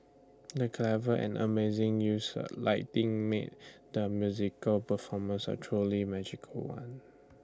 the clever and amazing use of lighting made the musical performance A truly magical one